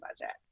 budget